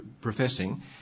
professing